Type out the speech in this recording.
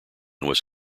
was